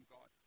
God